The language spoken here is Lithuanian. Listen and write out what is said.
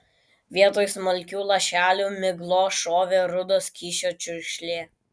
vietoj smulkių lašelių miglos šovė rudo skysčio čiurkšlė